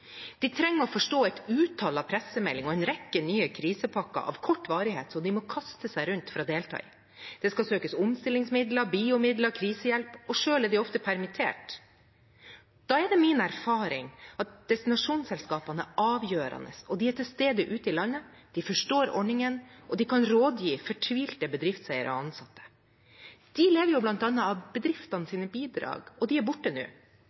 De trenger å forstå et utall av pressemeldinger og en rekke nye krisepakker av kort varighet som de må kaste seg rundt for å delta i. Det skal søkes om omstillingsmidler, biomidler og krisehjelp, og selv er de ofte permittert. Da er det min erfaring at destinasjonsselskapene er avgjørende, og de er til stede ute i landet, de forstår ordningene, og de kan rådgi fortvilte bedriftseiere og ansatte. De lever jo bl.a. av bedriftenes bidrag, og de er borte nå.